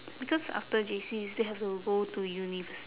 because after J_C you still have to go to univers~